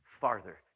farther